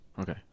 Okay